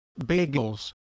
bagels